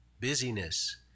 Busyness